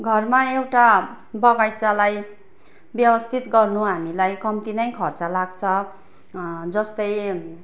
घरमा एउटा बगैँचालाई व्यवस्थित गर्नु हामीलाई कम्ती नै खर्च लाग्छ जस्तै